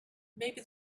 maybe